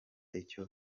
icyo